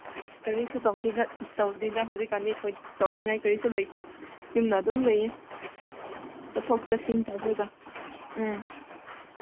ꯀꯔꯤꯁꯨ ꯇꯧꯗꯦꯗ ꯍꯧꯖꯤꯛꯀꯥꯟꯗꯤ ꯊꯣꯏ ꯇꯧꯅꯤꯡꯉꯥꯏ ꯀꯔꯤꯁꯨ ꯂꯩꯇꯦ ꯌꯨꯝꯗ ꯑꯗꯨꯝ ꯂꯩꯌꯦ ꯆꯠꯊꯣꯛ ꯆꯠꯁꯤꯟ ꯇꯧꯔꯒ ꯎꯝ